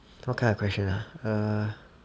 what kind of question ah err